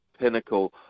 pinnacle